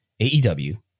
AEW